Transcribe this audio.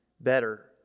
better